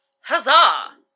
Huzzah